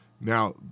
Now